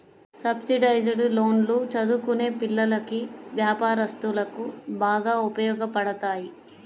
subsidised లోన్లు చదువుకునే పిల్లలకి, వ్యాపారస్తులకు బాగా ఉపయోగపడతాయి